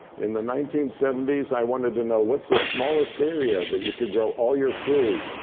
in the nineteen seventy s, i wanted to know what's the smallest area that you could grow all your food,